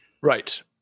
right